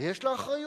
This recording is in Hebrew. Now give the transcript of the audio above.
ויש לה אחריות.